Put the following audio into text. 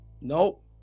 Nope